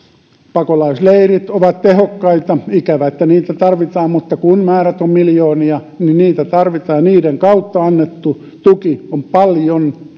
pakolaisleirit ovat tehokkaita ikävä että niitä tarvitaan mutta kun määrät ovat miljoonia niin niitä tarvitaan ja niiden kautta annettu tuki on paljon